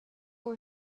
were